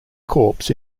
corpse